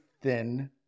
thin